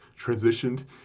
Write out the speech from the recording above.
transitioned